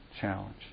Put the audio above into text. challenge